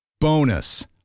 Bonus